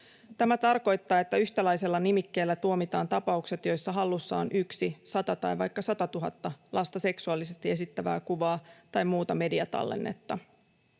Tämä tarkoittaa, että yhtäläisellä nimikkeellä tuomitaan tapaukset, joissa hallussa on yksi, sata tai vaikka satatuhatta lasta seksuaalisesti esittävää kuvaa tai muuta mediatallennetta.